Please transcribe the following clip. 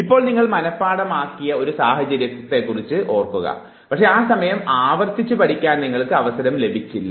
ഇപ്പോൾ നിങ്ങൾ മനഃപാഠമാക്കിയ ഒരു സാഹചര്യത്തെക്കുറിച്ച് ഓർക്കുക പക്ഷെ ആ സമയം ആവർത്തിച്ചു പഠിക്കാൻ നിങ്ങൾക്ക് അവസരം ലഭിച്ചില്ല